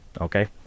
okay